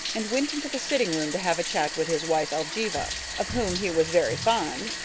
and went into the sitting-room to have a chat with his wife, elgiva, of whom he was very fond,